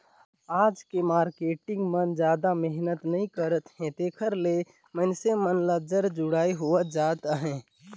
आज के मारकेटिंग मन जादा मेहनत नइ करत हे तेकरे ले मइनसे मन ल जर जुड़ई होवत जात अहे